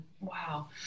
wow